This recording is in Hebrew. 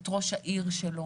את ראש העיר שלו.